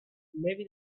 maybe